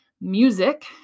music